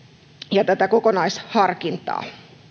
ja tätä kokonaisharkintaa